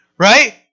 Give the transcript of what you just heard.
Right